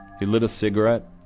he lit a cigarette,